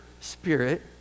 spirit